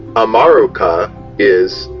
amaruca is,